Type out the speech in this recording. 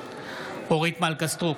אורית מלכה סטרוק,